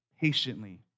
patiently